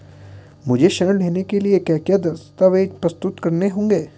मुझे ऋण लेने के लिए क्या क्या दस्तावेज़ प्रस्तुत करने होंगे?